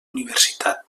universitat